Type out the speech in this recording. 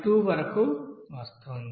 2 వరకు వస్తోంది